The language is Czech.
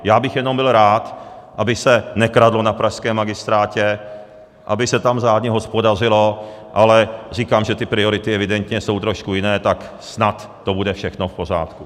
Já bych jenom byl rád, aby se nekradlo na pražském magistrátě, aby se tam řádně hospodařilo, ale říkám, že ty priority jsou evidentně trošku jiné, tak snad to bude všechno v pořádku.